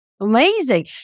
Amazing